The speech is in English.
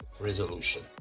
Resolution